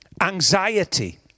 anxiety